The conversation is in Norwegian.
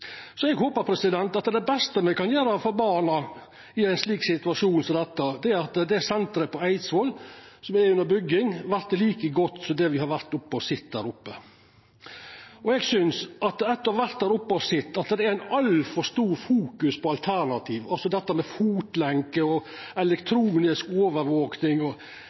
Det beste me kan gjera for barna i ein slik situasjon som dette, er at senteret på Eidsvoll, som er under bygging, vert like godt som det me har vore og sett der oppe. Eg synest, etter å ha vore der oppe og sett, at det vert fokusert altfor sterkt på alternativ. Dette med fotlenkje og elektronisk overvaking er eit heilt og